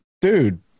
Dude